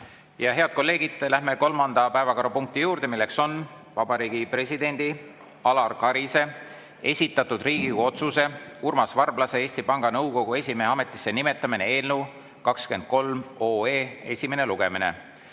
Head kolleegid, läheme kolmanda päevakorrapunkti juurde. See on Vabariigi Presidendi Alar Karise esitatud Riigikogu otsuse "Urmas Varblase Eesti Panga nõukogu esimehe ametisse nimetamine" eelnõu esimene lugemine.